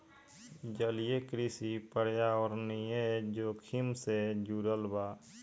जलीय कृषि पर्यावरणीय जोखिम से जुड़ल बा